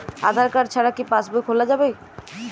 আধার card ছাড়া কি পাসবই খোলা যাবে কি?